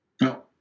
No